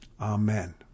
Amen